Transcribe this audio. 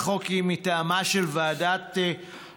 הצעת החוק היא מטעמה של ועדת הכספים.